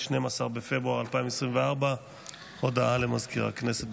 12 בפברואר 2024. הודעה למזכיר הכנסת,